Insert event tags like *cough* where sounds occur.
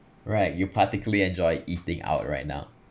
right you particularly enjoy *noise* eating *noise* out right now